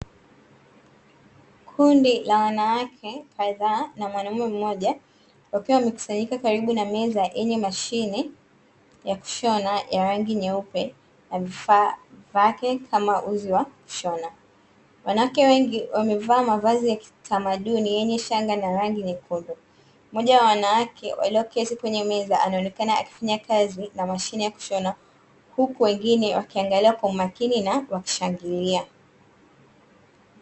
Kundi la wanawake na mwanamume mmoja wakiwa wamekusanyika karibu na meza yenye mashine yakushaona ya rangi nyeupe vifaa vyake kama uzi wanashona, wanawake wengi wamevaa mavazi mekundu yenye shanga na rangi nyekundu moja ya wanawake walioketi kwenye meza anaonekana akifanya kazi na mashine ya kushona huku wengine wakiangalia kwa umakini na wakishangilia.